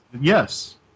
Yes